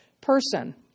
person